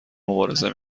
مبارزه